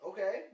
Okay